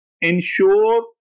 ensure